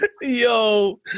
Yo